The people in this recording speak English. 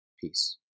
peace